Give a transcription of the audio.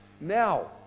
Now